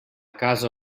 casa